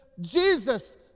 Jesus